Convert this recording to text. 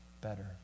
better